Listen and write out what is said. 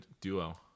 duo